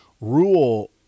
Rule